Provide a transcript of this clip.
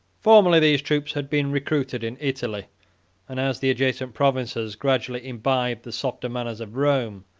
formerly these troops had been recruited in italy and as the adjacent provinces gradually imbibed the softer manners of rome,